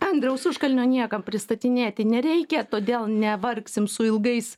andriaus užkalnio niekam pristatinėti nereikia todėl nevargsim su ilgais